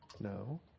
No